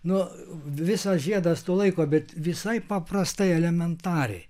nu visas žiedas to laiko bet visai paprastai elementariai